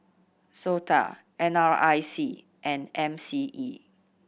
SOTA N R I C and M C E